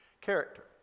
character